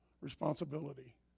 responsibility